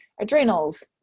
adrenals